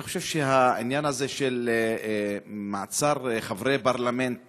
אני חושב שהעניין הזה של מעצר חברי פרלמנט